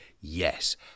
Yes